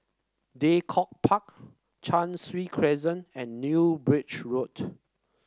Draycott Park Cheng Soon Crescent and New Bridge Road